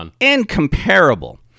incomparable